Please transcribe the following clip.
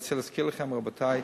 אני רוצה להזכיר לכם, רבותי,